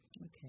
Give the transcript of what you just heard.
Okay